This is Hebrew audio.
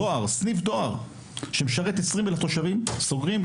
דואר שמשרת 20 אלף תושבים סוגרים,